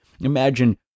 Imagine